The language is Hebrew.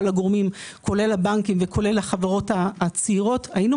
הגורמים כולל הבנקים וכולל החברות הצעירות,